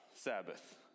Sabbath